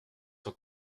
s’en